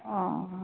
অঁ অঁ